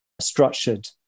structured